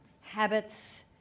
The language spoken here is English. habits